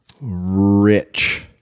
Rich